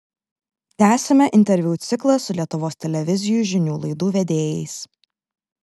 tęsiame interviu ciklą su lietuvos televizijų žinių laidų vedėjais